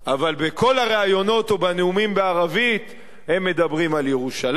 אבל בכל הראיונות ובנאומים בערבית הם מדברים על ירושלים,